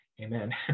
Amen